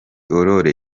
aurore